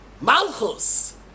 Malchus